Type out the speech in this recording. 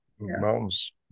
mountains